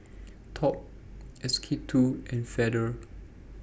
Top S K two and Feather